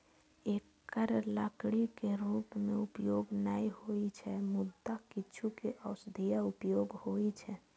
एकर लकड़ी के रूप मे उपयोग नै होइ छै, मुदा किछु के औषधीय उपयोग होइ छै